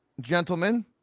gentlemen